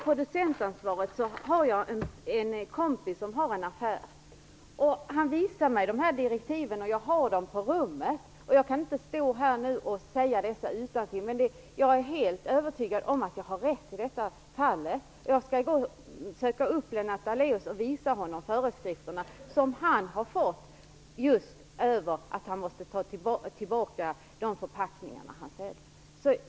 Jag har en kompis som har en affär. Den här kompisen har visat mig direktiven när det gäller producentansvaret. Jag har dem på mitt rum. Jag kan dem inte utantill, men jag är helt övertygad om att jag har rätt i det här fallet. Jag skall senare söka upp Lennart Daléus. Då skall jag visa honom föreskrifterna. Av dessa framgår att förpackningar som säljs måste tas tillbaka.